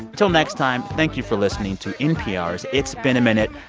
till next time, thank you for listening to npr's it's been a minute.